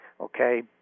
okay